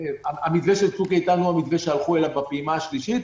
הלכו למתווה של צוק איתן בפעימה השלישית,